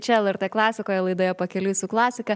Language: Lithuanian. čia lrt klasikoje laidoje pakeliui su klasika